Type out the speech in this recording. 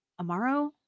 Amaro